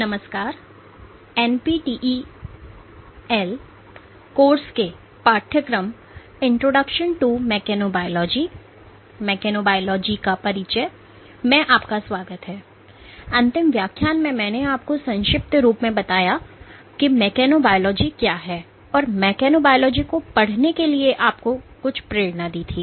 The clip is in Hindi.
नमस्कारएनपीटीईएल कोर्स के पाठ्यक्रम इंट्रोडक्शन टू मेकेनोबायोलॉजी में आपका स्वागत है अंतिम व्याख्यान में मैंने आपको संक्षिप्त रूप में बताया मेकेनोबायोलॉजी क्या है और मेकेनोबायोलॉजी को पढ़ने के लिए आपको कुछ प्रेरणा दी